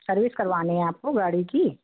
service करवानी है आपको गाड़ी की